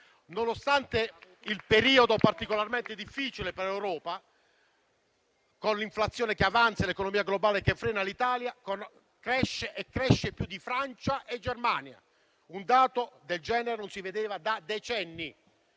Nonostante il periodo particolarmente difficile per l'Europa, con l'inflazione che avanza e l'economia globale che frena, l'Italia cresce più di Francia e Germania e un dato del genere non si vedeva da decenni.